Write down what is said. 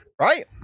right